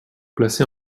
placé